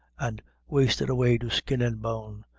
and wasted away to skin and bone,